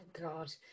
God